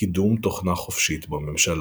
קידום תוכנה חופשית בממשלה.